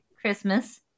Christmas